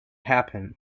happen